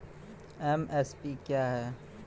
MSP क्या है?